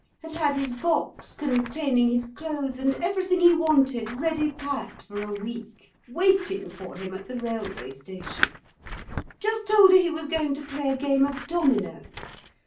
had had his box containing his clothes and everything he wanted ready packed for a week, waiting for him at the railway station just told her he was going to play a game of dominoes,